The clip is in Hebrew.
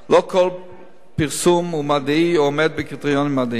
לא כל פרסום הוא מדעי או עומד בקריטריונים מדעיים.